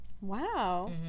wow